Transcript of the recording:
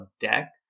deck